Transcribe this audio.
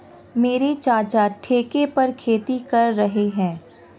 मेरे चाचा ठेके पर खेती कर रहे हैं